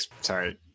Sorry